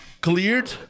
cleared